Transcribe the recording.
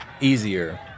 easier